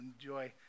enjoy